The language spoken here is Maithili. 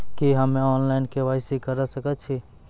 की हम्मे ऑनलाइन, के.वाई.सी करा सकैत छी?